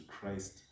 Christ